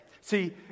See